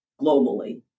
globally